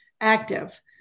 active